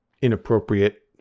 inappropriate